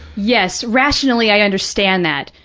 yes. rationally i understand that.